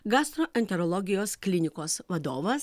gastroenterologijos klinikos vadovas